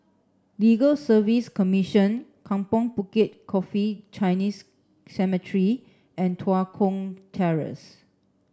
Legal Service Commission Kampong Bukit Coffee Chinese Cemetery and Tua Kong Terrace